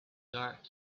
dark